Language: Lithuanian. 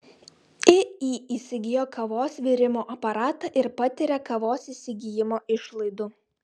iį įsigijo kavos virimo aparatą ir patiria kavos įsigijimo išlaidų